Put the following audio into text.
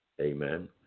Amen